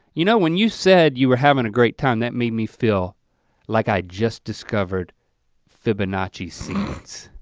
you know, when you said you were having a great time, that made me feel like i just discovered fibonacci sequence.